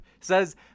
says